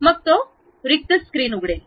मग ती कोरी स्क्रीन उघडेल